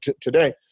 today